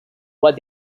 what